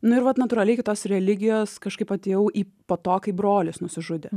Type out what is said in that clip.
nu ir vat natūraliai kitos religijos kažkaip atėjau į po to kai brolis nusižudė